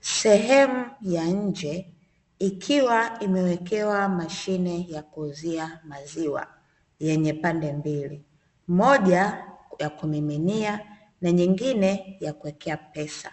Sehemu ya nje, ikiwa imewekewa mashine ya kuuzia maziwa yenye pande mbili; moja ya kumiminia na nyingine ya kuwekea pesa,